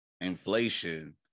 inflation